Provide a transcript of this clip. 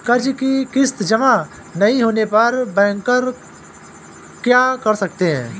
कर्ज कि किश्त जमा नहीं होने पर बैंकर क्या कर सकते हैं?